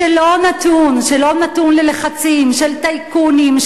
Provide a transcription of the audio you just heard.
שלא נתון ללחצים של טייקונים,